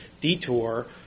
detour